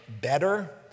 better